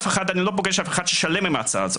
אני לא פוגש אף אחד ששלם עם ההצעה הזאת,